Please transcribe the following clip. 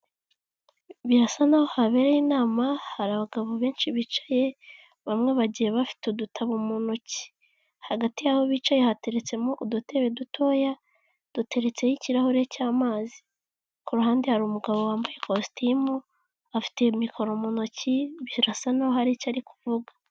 Birasa n'aho habereye inama hari abagabo benshi bicaye bamwe bagiye bafite udutabo mu ntoki, hagati y'aho bicaye hateretsemo udutebe dutoya duteretseho ikirahure cy'amazi, ku ruhande hari umugabo wambaye ikositimu afite mikoro mu ntoki birasa nkaho hari icyo ari kuvuga.